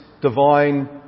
divine